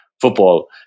football